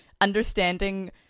understanding